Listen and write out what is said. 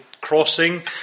crossing